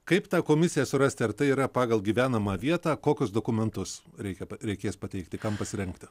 kaip tą komisiją surasti ar tai yra pagal gyvenamą vietą kokius dokumentus reikia reikės pateikti kam pasirengti